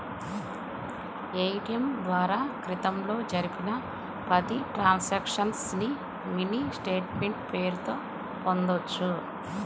ATM ద్వారా క్రితంలో జరిపిన పది ట్రాన్సక్షన్స్ ని మినీ స్టేట్ మెంట్ పేరుతో పొందొచ్చు